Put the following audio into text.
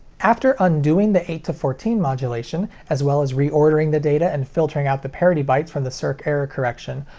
after undoing the eight-to-fourteen modulation, as well as reordering the data and filtering out the parity bytes from the circ error correction,